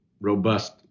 robust